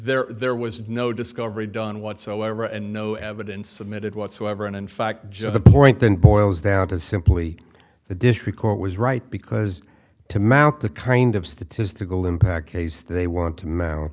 there there was no discovery done whatsoever and no evidence submitted whatsoever and in fact just a point then boils down to simply the district court was right because to mount the kind of statistical impact case they want to ma